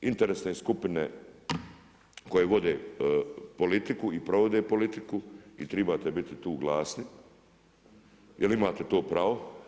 Interesne skupine koje vode politiku i provode politiku u trebate tu biti glasni jer imate to pravo.